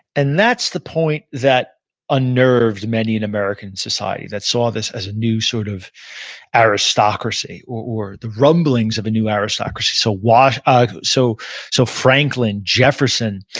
and that's the point that unnerved many in american society, that saw this as a new sort of aristocracy, or or the rumblings of a new aristocracy. so ah so so franklin, jefferson,